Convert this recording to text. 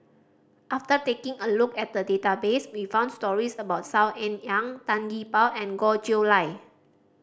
after taking a look at the database we found stories about Saw Ean Ang Tan Gee Paw and Goh Chiew Lye